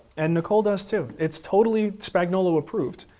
and nicole does too. it's totally spagnuolo approved.